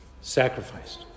sacrificed